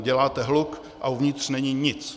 Děláte hluk a uvnitř není nic.